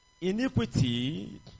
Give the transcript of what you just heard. iniquity